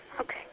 Okay